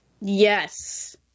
Yes